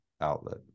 outlet